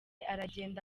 aragenda